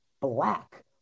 black